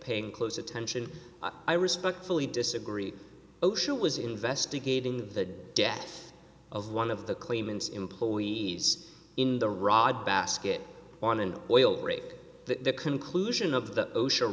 paying close attention i respectfully disagree osha was investigating the death of one of the claimants employees in the rod basket on an oil rig the conclusion of the o